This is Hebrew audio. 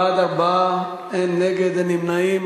בעד, 4, אין נגד, אין נמנעים.